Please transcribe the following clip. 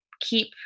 keep